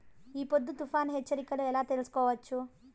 ఈ పొద్దు తుఫాను హెచ్చరికలు ఎలా తెలుసుకోవచ్చు?